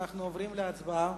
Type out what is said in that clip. אנחנו עוברים להצבעה.